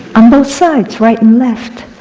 um both sides, right and left.